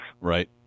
Right